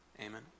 Amen